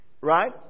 Right